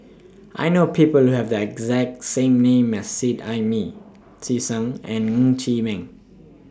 I know People Who Have The exact same name as Seet Ai Mee Tisa Ng and Ng Chee Meng